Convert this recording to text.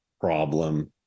problem